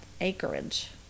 acreage